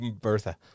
Bertha